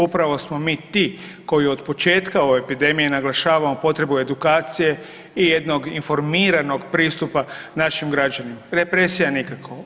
Upravo smo mi ti koji od početka ove epidemije naglašavamo potrebu edukacije i jednog informiranog pristupa našim građanima, represija nikako.